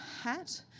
hat